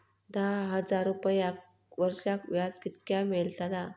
दहा हजार रुपयांक वर्षाक व्याज कितक्या मेलताला?